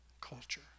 culture